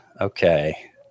Okay